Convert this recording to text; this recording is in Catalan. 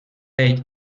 ells